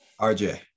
RJ